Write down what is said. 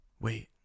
Wait